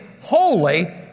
Holy